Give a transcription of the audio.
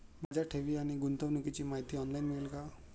माझ्या ठेवी आणि गुंतवणुकीची माहिती ऑनलाइन मिळेल का?